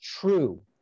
true